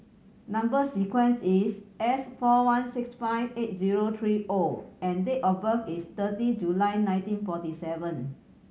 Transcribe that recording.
number sequence is S four one six five eight zero three O and date of birth is thirty July nineteen forty seven